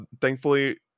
thankfully